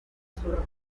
zurdos